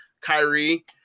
Kyrie